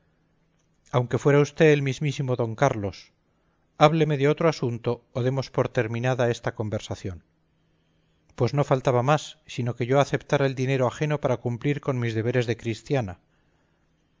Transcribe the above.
aunque fuera usted el mismísimo don carlos hábleme de otro asunto o demos por terminada esta conversación pues no faltaba más sino que yo aceptara el dinero ajeno para cumplir con mis deberes de cristiana